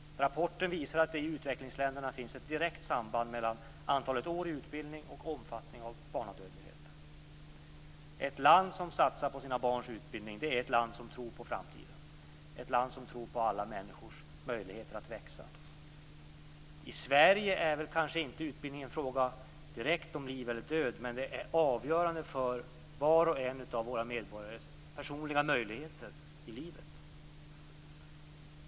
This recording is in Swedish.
Rapporten visar att det i utvecklingsländerna finns ett direkt samband mellan antalet år i utbildning och barnadödlighetens omfattning. Ett land som satsar på sina barns utbildning är ett land som tror på framtiden, ett land som tror på alla människors möjligheter att växa. I Sverige är utbildning kanske inte direkt en fråga om liv eller död, men den är avgörande för var och en av våra medborgares personliga möjligheter i livet.